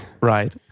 Right